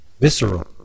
Visceral